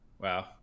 Wow